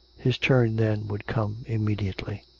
his turn then would come immediately.